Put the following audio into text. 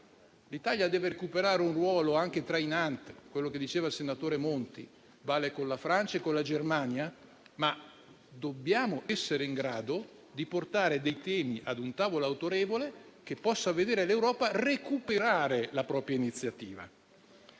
L'Italia deve recuperare un ruolo anche trainante, come diceva il senatore Monti. Vale con la Francia e con la Germania, ma dobbiamo essere in grado di portare dei temi ad un tavolo autorevole che possa vedere l'Europa recuperare la propria iniziativa.